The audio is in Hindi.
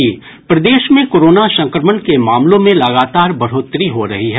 प्रदेश में कोरोना संक्रमण के मामलों में लगातार बढ़ोतरी हो रही है